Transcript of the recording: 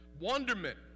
Wonderment